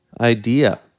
idea